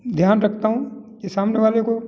ध्यान रखता हूँ कि सामने वाले को